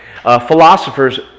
philosophers